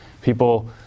people